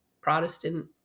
Protestant